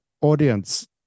audience